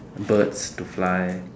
birds to fly